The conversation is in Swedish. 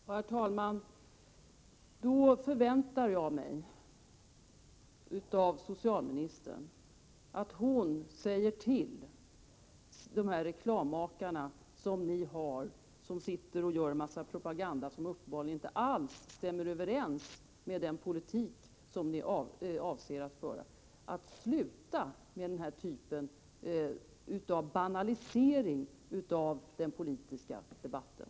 Herr talman! Då förväntar jag mig av socialministern att hon till era reklammakare, som gör en massa propaganda som uppenbarligen inte alls stämmer överens med den politik som ni avser att föra, säger att de skall sluta med den här typen av banalisering av den politiska debatten.